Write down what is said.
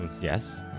Yes